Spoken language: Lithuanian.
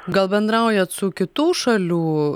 gal bendraujat su kitų šalių